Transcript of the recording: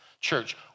Church